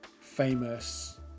famous